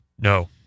No